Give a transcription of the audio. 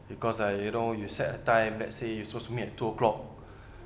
because Iike you know you set a time let's say we suppose to meet at two O'clock